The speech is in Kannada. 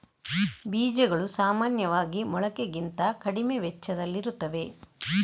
ಬೀಜಗಳು ಸಾಮಾನ್ಯವಾಗಿ ಮೊಳಕೆಗಿಂತ ಕಡಿಮೆ ವೆಚ್ಚದಲ್ಲಿರುತ್ತವೆ